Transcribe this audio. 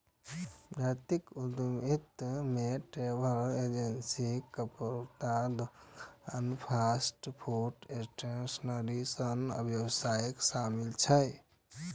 जातीय उद्यमिता मे ट्रैवल एजेंसी, कपड़ाक दोकान, फास्ट फूड स्टैंड सन व्यवसाय शामिल छै